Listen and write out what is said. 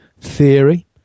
theory